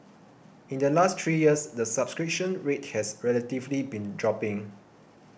in the last three years the subscription rate has relatively been dropping